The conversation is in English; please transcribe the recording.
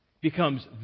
becomes